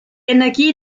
energie